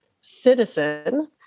citizen